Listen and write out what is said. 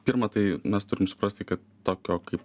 pirma tai mes turim suprasti kad tokio kaip